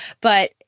but-